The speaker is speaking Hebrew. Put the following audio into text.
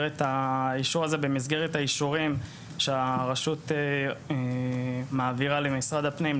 את האישור הזה במסגרת האישורים שהרשויות מעבירה למשרד הפנים,